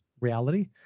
reality